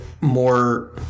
more